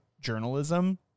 journalism